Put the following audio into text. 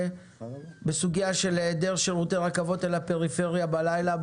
בסוגיה של היעדר רכבות אל הפריפריה בלילה,